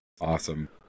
Awesome